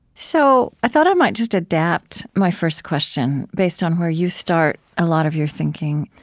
so i thought i might just adapt my first question, based on where you start a lot of your thinking,